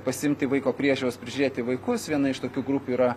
pasiimti vaiko priežiūros prižiūrėti vaikus viena iš tokių grupių yra